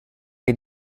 che